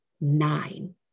Nine